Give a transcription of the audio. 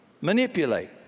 manipulate